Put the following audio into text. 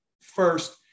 first